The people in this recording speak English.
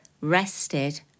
rested